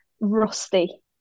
rusty